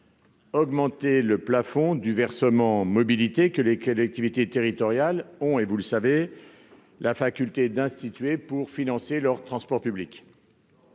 augmenter le plafond du versement mobilité que les collectivités territoriales ont la faculté d'instituer pour financer leurs transports publics.